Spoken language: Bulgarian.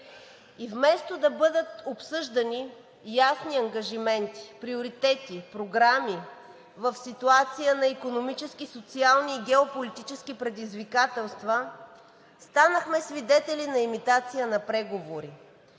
и вместо да бъдат обсъждани ясни ангажименти, приоритети, програми в ситуация на икономически, социални и геополитически предизвикателства, станахме свидетели на имитация на преговори.